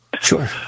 sure